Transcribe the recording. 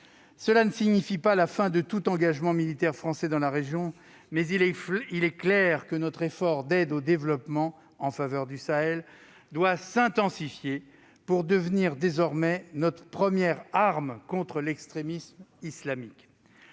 Cela ne signifie pas la fin de tout engagement militaire français dans la région, mais il est clair que notre effort d'aide au développement en faveur du Sahel doit s'intensifier pour devenir désormais notre première arme contre l'extrémisme islamique.